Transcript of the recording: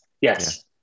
Yes